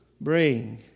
bring